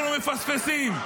אנחנו מפספסים.